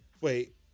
wait